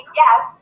yes